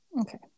Okay